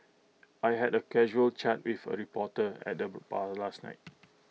I had A casual chat with A reporter at the bar last night